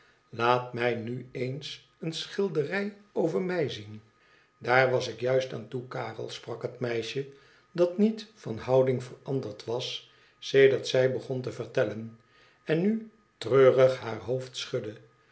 worden laatmij nu eens eene schilderij over mij zien daar was ik juist aan toe karel sprak het meisje dat niet van houding veranderd was sedert zij begon te vertellen en nu treurig haar hoofd schudde